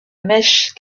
mèche